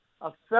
affect